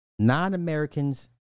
Non-Americans